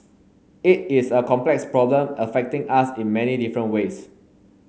it is a complex problem affecting us in many different ways